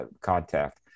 contact